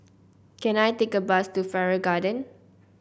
can I take a bus to Farrer Garden